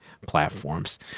platforms